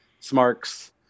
Smarks